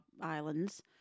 islands